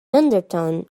undertone